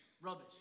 rubbish